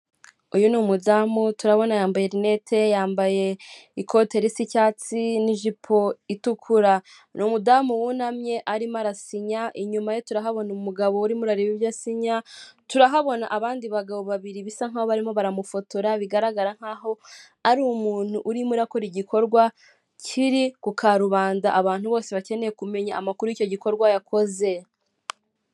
Uyu ni umudamu turabona yambaye rinete, yambaye ikote ry'icyatsi n'ijipo itukura, ni umudamu wunamye arimo arasinya, inyuma turahabona umugabo urimo arareba ibyo asinya, turahabona abandi bagabo babiri bisa nk' baririmo baramufotora bigaragara nkaho ari umuntu urimo akora igikorwa kiri ku karubanda, abantu bose bakeneye kumenya amakuru y'i gikorwa yakoze.